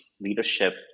leadership